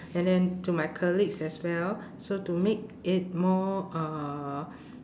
and then to my colleagues as well so to make it more uh